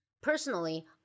Personally